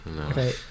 okay